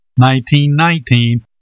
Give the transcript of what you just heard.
1919